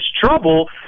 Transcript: trouble